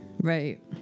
Right